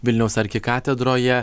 vilniaus arkikatedroje